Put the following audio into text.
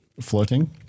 flirting